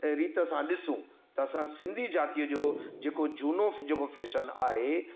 रीति सां ॾिसूं त असां सिंधी ज़ाती जो जेको झूनो जेको फेशन आहे